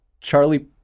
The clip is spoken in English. Charlie